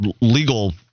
legal